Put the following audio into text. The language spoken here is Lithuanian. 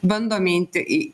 bandome inte i